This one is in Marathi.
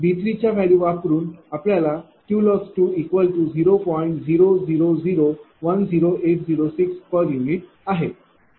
00010806 p